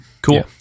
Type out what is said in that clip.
Cool